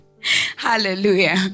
Hallelujah